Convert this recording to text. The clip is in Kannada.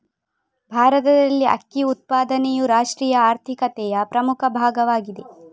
ಭಾರತದಲ್ಲಿ ಅಕ್ಕಿ ಉತ್ಪಾದನೆಯು ರಾಷ್ಟ್ರೀಯ ಆರ್ಥಿಕತೆಯ ಪ್ರಮುಖ ಭಾಗವಾಗಿದೆ